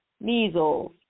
measles